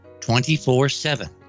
24-7